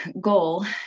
goal